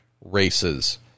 races